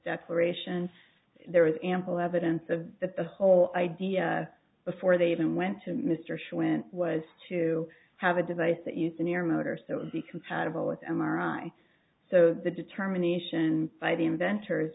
declaration there was ample evidence of that the whole idea before they even went to mr shaw went was to have a device that used an air motor so it will be compatible with m r i so the determination by the inventors